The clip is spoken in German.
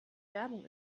werbung